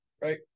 right